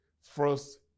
First